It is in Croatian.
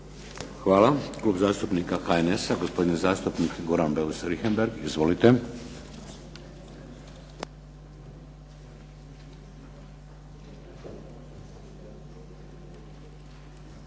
Hvala. Klub zastupnika HNS-a, gospodin zastupnik Goran Beus Richembergh. Izvolite. **Beus